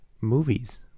movies